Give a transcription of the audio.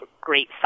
great